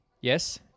Yes